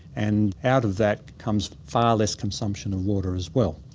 and out of that comes far less consumption of water as well.